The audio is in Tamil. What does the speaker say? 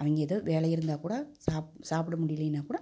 அவங்க எதோ வேலை இருந்தா கூட சாப் சாப்பிட முடிலினா கூட